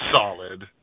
Solid